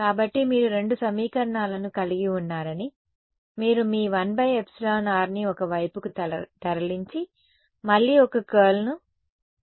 కాబట్టి మీరు రెండు సమీకరణాలను కలిగి ఉన్నారని మీరు మీ 1εr ని ఒక వైపుకు తరలించి మళ్లీ ఒక కర్ల్ను తీసుకుంటారు